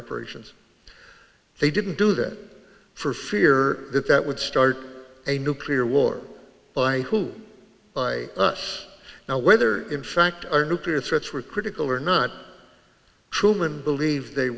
of persians they didn't do that for fear that that would start a nuclear war by who by us now whether in fact our nuclear threats were critical or not truman believed they